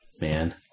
man